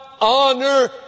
honor